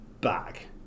back